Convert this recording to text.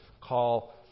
call